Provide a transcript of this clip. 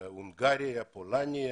הונגריה, פולין,